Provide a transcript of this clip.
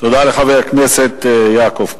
תודה לחבר הכנסת יעקב כץ.